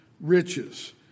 riches